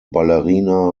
ballerina